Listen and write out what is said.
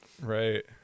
Right